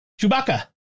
Chewbacca